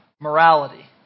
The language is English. morality